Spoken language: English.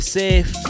safe